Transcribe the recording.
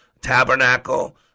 tabernacle